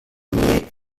nier